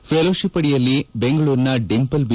ಫೆಲೋಶಿಪ್ಯಡಿಯಲ್ಲಿ ಬೆಂಗಳೂರಿನ Dimple B